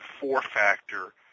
four-factor